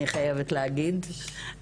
אני חייבת להגיד.